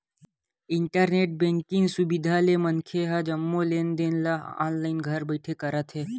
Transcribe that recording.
internet banking सुबिधा ले मनखे ह जम्मो लेन देन ल ऑनलाईन घर बइठे करत हे